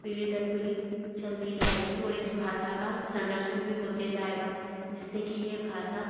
पीड़ी दर पीड़ी चलती जाएगी और इस भाषा का संरक्षण भी होते जाएगा जिससे कि ये भाषा